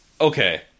Okay